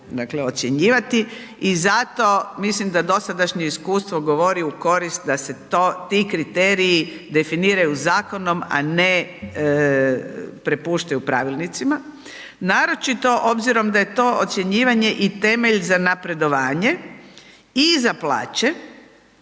dakle ocjenjivati i zato mislim da dosadašnje iskustvo govori u korist da se ti kriteriji definiraju zakonom, a ne prepuštaju pravilnicima, naročito obzirom da je to ocjenjivanje i temelj za napredovanje i za plaće,